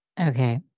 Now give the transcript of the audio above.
Okay